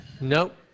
Nope